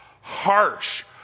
harsh